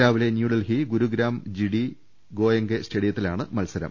രാവിലെ ന്യൂഡൽഹി ഗുരുഗ്രാം ജിഡി ഗോയെങ്ക സ്റ്റേഡിയത്തിലാണ് മത്സരം